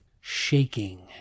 shaking